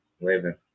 Living